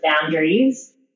boundaries